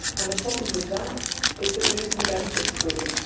and the problem with that is that we're losing the benefits of boredom.